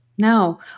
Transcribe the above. No